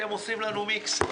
אתם עושים לנו מיקס.